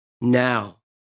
now